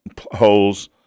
holes